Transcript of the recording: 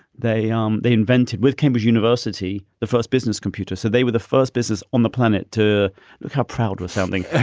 they um they invented with cambridge university, the first business computer. so they were the first business on the planet to look how proud was something.